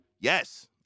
yes